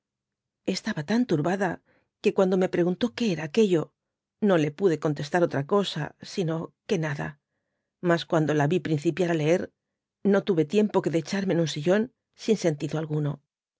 estaba tan turbada que cuando me pregimtó que era aquello no le pude contestar otra cosa sino que nada mas cuando la vi principiar á leer no tuve tiempo que de échame en un sillón siá sentido alguno